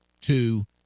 two